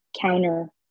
counter